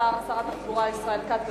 שר התחבורה ישראל כץ.